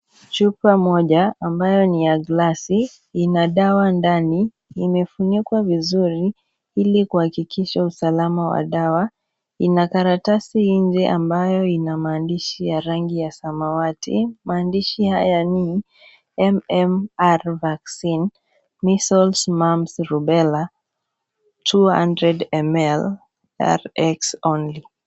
Chupa moja, ambayo ni ya glasi, ina dawa ndani, imefunikwa vizuri, ilikuhakikisha usalama wa dawa, ina karatasi nje ambayo ina maandishi ya rangi ya samawati, maandishi haya ni MMR (cs)vaccine, missles mum's rubella, 200ml rx only(cs).